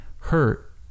hurt